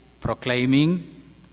proclaiming